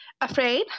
afraid